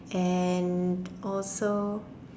and also